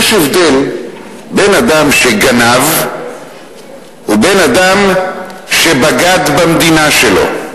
יש הבדל בין אדם שגנב ובין אדם שבגד במדינה שלו,